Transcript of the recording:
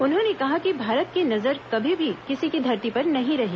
उन्होंने कहा कि भारत की नजर कभी भी किसी की धरती पर नहीं रही